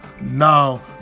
now